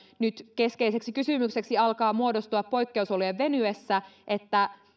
keskeiseksi kysymykseksi alkaa muodostua nyt poikkeusolojen venyessä se